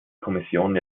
kommission